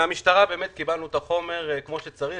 מן המשטרה קיבלנו את החומר כפי שצריך,